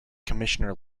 commissioner